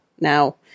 now